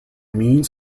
means